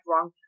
wrong